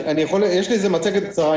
יש לי איזה מצגת קצרה.